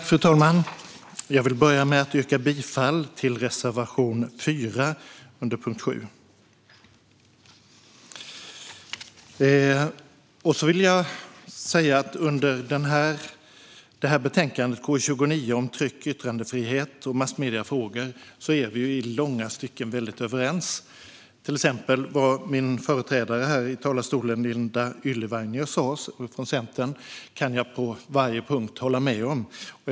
Fru talman! Jag vill börja med att yrka bifall till reservation 4 under punkt 7. Jag vill också säga att vi vad gäller detta betänkande, KU29 om tryck och yttrandefrihet och massmediefrågor, i långa stycken är väldigt överens. Till exempel kan jag på varje punkt hålla med om det som min företrädare i talarstolen, Linda Ylivainio från Centern, sa.